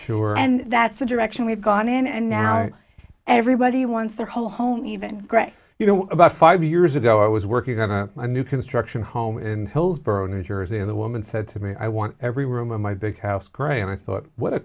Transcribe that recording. sure and that's the direction we've gone and now it everybody wants the whole home even great you know about five years ago i was working on a new construction home in hillsboro new jersey of the woman said to me i want every room in my big house gray and i thought what a